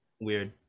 weird